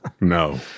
No